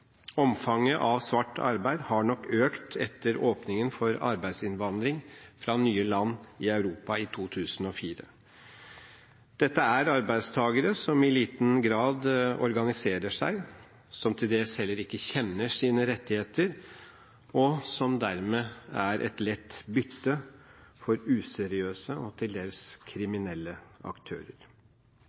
Omfanget av svart arbeid har nok økt etter åpningen for arbeidsinnvandring fra nye land i Europa i 2004. Dette er arbeidstakere som i liten grad organiserer seg, som til dels heller ikke kjenner sine rettigheter, og som dermed er et lett bytte for useriøse og til dels kriminelle aktører.